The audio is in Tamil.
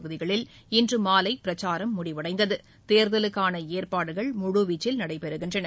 தொகுதிகளில் இன்று மாலை பிரச்சாரம் முடிவடைந்ததுதேர்தலுக்கான ஏற்பாடுகள் முழுவீச்சில் நடைபெறுகின்றன